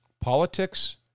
politics